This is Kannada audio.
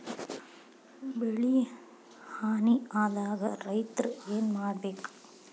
ಬೆಳಿ ಹಾನಿ ಆದಾಗ ರೈತ್ರ ಏನ್ ಮಾಡ್ಬೇಕ್?